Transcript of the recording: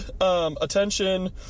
Attention